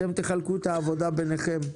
אתם תחלקו את העבודה ביניכם.